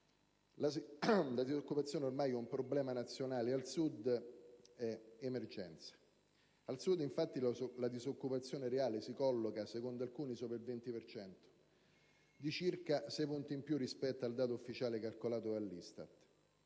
La disoccupazione ormai è un problema nazionale e al Sud è emergenza. Al Sud, infatti, la disoccupazione reale si colloca, secondo alcuni, sopra il 20 per cento, di circa sei punti in più rispetto al dato ufficiale calcolato dall'ISTAT.